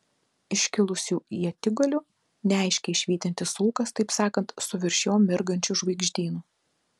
iškilusių ietigalių neaiškiai švytintis ūkas taip sakant su virš jo mirgančiu žvaigždynu